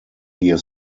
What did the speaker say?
gear